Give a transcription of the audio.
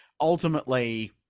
ultimately